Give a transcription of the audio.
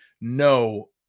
no